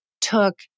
took